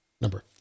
number